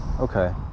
Okay